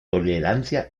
tolerancia